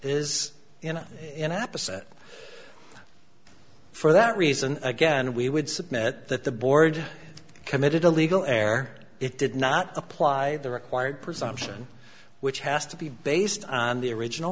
is you know in opposite for that reason again we would submit that the board committed a legal air it did not apply the required presumption which has to be based on the original